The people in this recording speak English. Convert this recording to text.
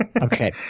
Okay